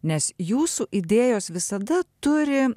nes jūsų idėjos visada turi